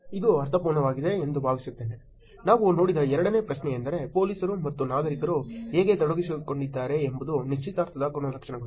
ಇದು ಅರ್ಥಪೂರ್ಣವಾಗಿದೆ ಎಂದು ಭಾವಿಸುತ್ತೇವೆ ನಾವು ನೋಡಿದ ಎರಡನೇ ಪ್ರಶ್ನೆಯೆಂದರೆ ಪೊಲೀಸರು ಮತ್ತು ನಾಗರಿಕರು ಹೇಗೆ ತೊಡಗಿಸಿಕೊಂಡಿದ್ದಾರೆ ಎಂಬುದು ನಿಶ್ಚಿತಾರ್ಥದ ಗುಣಲಕ್ಷಣಗಳು